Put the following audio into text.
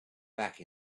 back